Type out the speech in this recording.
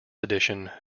edition